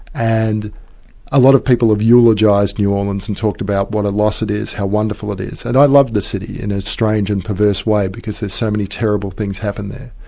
and a lot of people have eulogised new orleans and talked about what a loss it is, how wonderful it is. and i love the city in a strange and perverse way because there's so many terrible things happen there.